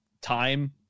time